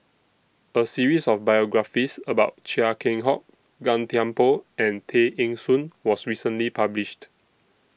A series of biographies about Chia Keng Hock Gan Thiam Poh and Tay Eng Soon was recently published